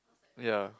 ya